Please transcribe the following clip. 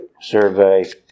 survey